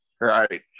Right